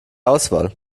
auswahl